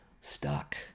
stuck